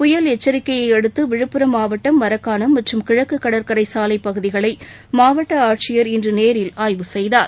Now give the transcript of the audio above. புயல் எச்சிக்கையை அடுத்து விழுப்புரம் மாவட்டம் மரக்காணம் மற்றும் கிழக்கு கடற்கரை சாலை பகுதிகளை மாவட்ட ஆட்சியர் இன்று நேரில் ஆய்வு செய்தார்